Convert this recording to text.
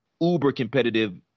uber-competitive